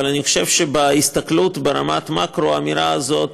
אבל אני חושב שבהסתכלות ברמת המקרו האמירה הזאת